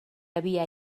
havia